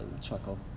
chuckle